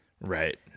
right